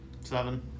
Seven